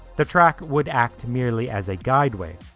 the track would act merely as a guideway.